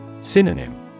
Synonym